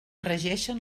regeixen